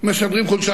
משדרים חולשה,